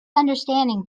understanding